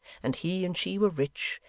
and he and she were rich,